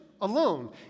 alone